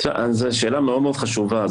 זו שאלה מאוד מאוד חשובה.